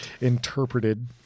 interpreted